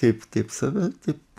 taip taip save taip